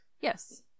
Yes